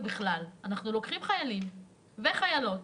אנחנו לוקחים חיילים וחיילות